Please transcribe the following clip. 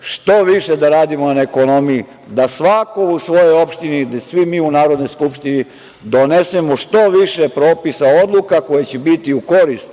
što više da radimo na ekonomiji, da svako u svojoj opštini, svi mi u Narodnoj skupštini, donesemo što više propisa, odluka koje će biti u korist